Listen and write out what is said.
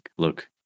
Look